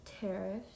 tariffs